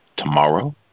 Tomorrow